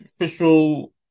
official